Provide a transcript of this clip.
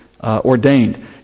ordained